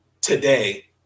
today